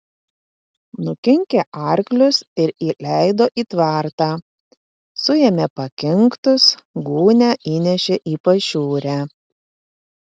nukinkė arklius ir įleido į tvartą suėmė pakinktus gūnią įnešė į pašiūrę